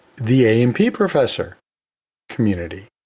the a and p professor community.